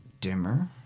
dimmer